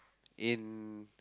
in